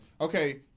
Okay